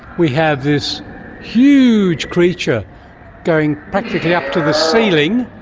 we have this huge creature going practically up to the ceiling,